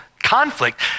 conflict